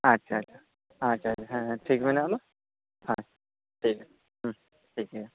ᱟᱪᱪᱷᱟ ᱟᱪᱪᱷᱟ ᱟᱪᱪᱷᱟ ᱟᱪᱪᱷᱟ ᱦᱮᱸ ᱴᱷᱤᱠ ᱢᱮᱱᱟᱜ ᱟ ᱟᱫᱚ ᱦᱳᱭ ᱴᱷᱤᱠ ᱦᱩᱸ ᱴᱷᱤᱠᱜᱮᱭᱟ